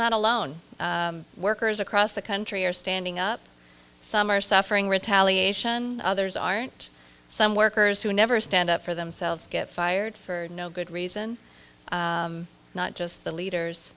not alone workers across the country are standing up some are suffering retaliation others aren't some workers who never stand up for themselves get fired for no good reason not just the leaders